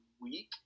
week